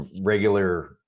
regular